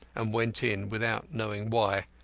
and went in without knowing why.